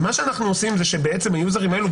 ומה שאנחנו עושים שהיוזרים האלה,